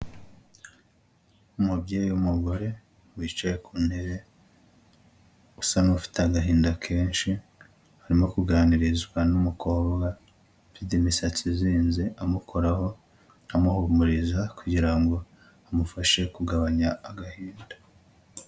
Umubyeyi umugore wicaye ku ntebe usa n'ufite agahinda kenshi, arimo kuganirizwa n'umukobwa ufite imisatsi izinze, amukoraho amuhumuriza kugira ngo amufashe kugabanya agahinda.